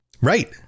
Right